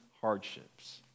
hardships